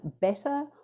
better